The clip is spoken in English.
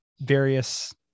various